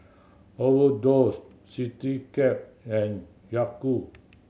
Overdose Citycab and Yakult